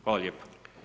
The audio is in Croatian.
Hvala lijepa.